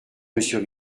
monsieur